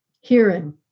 hearing